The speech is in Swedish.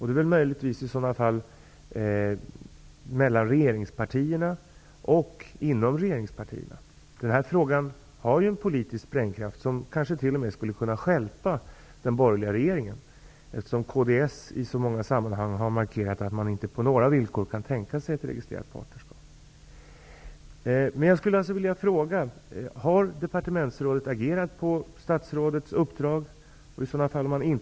Det skulle i så fall vara mellan och inom regeringspartierna. Den här frågan har en politisk sprängkraft, som t.o.m. skulle kunna stjälpa den borgerliga regeringen, eftersom kds i så många sammanhang har markerat att man inte på några villkor kan tänka sig ett registrerat partnerskap.